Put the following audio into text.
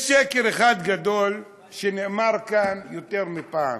יש שקר אחד גדול שנאמר כאן יותר מפעם,